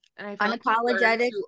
Unapologetic